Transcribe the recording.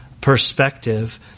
perspective—